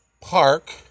park